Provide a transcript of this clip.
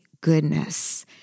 goodness